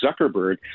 Zuckerberg